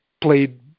played